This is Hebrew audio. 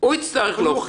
זה ה-DNA.